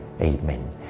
amen